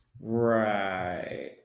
Right